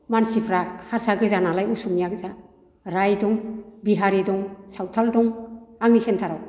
मानसिफ्रा हारसा गोजा नालाय असमिया गोजा राय दं बिहारि दं सावथाल दं आंनि सेन्टारआव